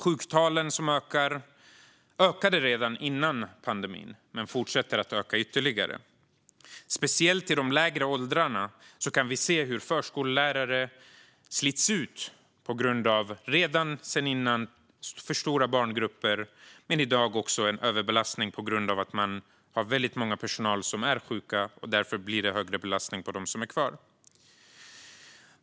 Sjuktalen ökade redan innan pandemin, och de fortsätter att öka ytterligare. Speciellt i de lägre åldrarna kan vi se hur förskollärare slits ut på grund av för stora barngrupper redan sedan innan pandemin. I dag har de också en överbelastning på grund av att väldigt många i personalen är sjuka, och därför blir det en högre belastning på dem som är kvar.